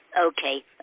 Okay